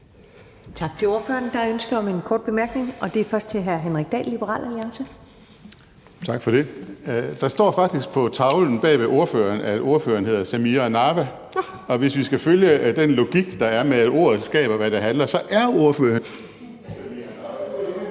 Tak til ordføreren. Der er ønske om en kort bemærkning. Det er fra hr. Henrik Dahl, Liberal Alliance. Kl. 19:29 Henrik Dahl (LA): Tak for det. Der står faktisk på tavlen bag ved ordføreren, at ordføreren hedder Samira Nawa, og hvis vi skal følge den logik med, at ordet skaber, hvad det handler om, så er ordføreren fru Samira Nawa.